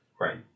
Right